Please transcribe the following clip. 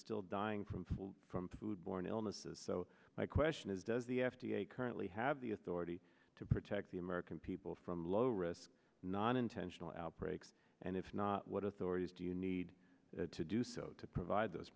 still dying from people from food borne illnesses so my question is does the f d a currently have the authority to protect the american people from low risk non intentional outbreaks and if not what authorities do you need to do so to provide those